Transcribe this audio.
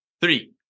three